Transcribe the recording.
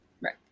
Right